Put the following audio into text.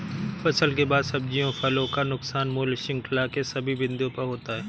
फसल के बाद सब्जियों फलों का नुकसान मूल्य श्रृंखला के सभी बिंदुओं पर होता है